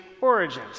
origins